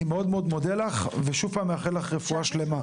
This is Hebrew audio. אני מאוד מודה לך ושוב פעם מאחל לך רפואה שלמה.